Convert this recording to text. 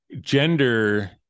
gender